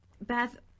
Beth